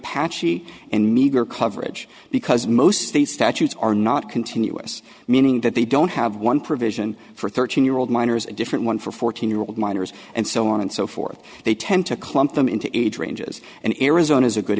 patchy and meagre coverage because most state statutes are not continuous meaning that they don't have one provision for thirteen year old minors a different one for fourteen year old minors and so on and so forth they tend to clump them into age ranges and arizona is a good